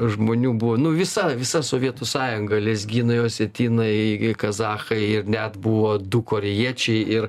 žmonių buvo nu visa visa sovietų sąjunga lezginai osetinai kazachai ir net buvo du korėjiečiai ir